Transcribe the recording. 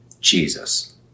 Jesus